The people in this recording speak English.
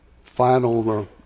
final